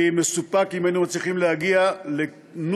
אני מסופק אם היינו מצליחים להגיע לנוסח,